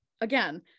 again